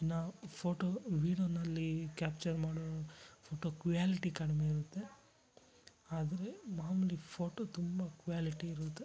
ಇನ್ನು ಫೋಟೋ ವೀಡ್ಯೊನಲ್ಲಿ ಕ್ಯಾಪ್ಚರ್ ಮಾಡೋ ಫೋಟೊ ಕ್ವಾಲಿಟಿ ಕಡಿಮೆ ಇರುತ್ತೆ ಆದರೆ ಮಾಮುಲಿ ಫೋಟೊ ತುಂಬ ಕ್ವಾಲಿಟಿ ಇರುತ್ತೆ